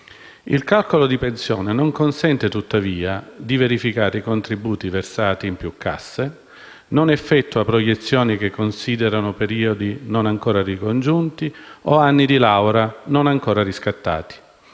Il calcolo di pensione non consente tuttavia di verificare i contributi versati in più casse, non effettua proiezioni che considerano periodi non ancora ricongiunti o anni di laurea non ancora riscattati.